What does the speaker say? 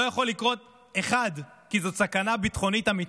לא יכול לקרות, 1. כי זאת סכנה ביטחונית אמיתית.